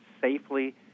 safely